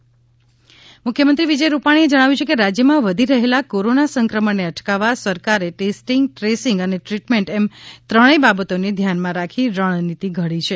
મુખ્યમંત્રી કોરોના મુખ્યમંત્રી વિજય રૂપાણીએ જણાવ્યું છે કે રાજયમાં વધી રહેલા કોરોના સંક્રમણને અટકાવવા સરકારે ટેસ્ટિંગ ટ્રેસિંગ અને ટ્રિટમેન્ટ એમ ત્રણેય બાબતોને ધ્યાનમાં રાખી રણનીતિ ઘડી છે